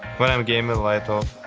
but am gaming, and light off.